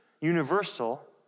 universal